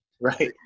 Right